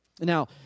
Now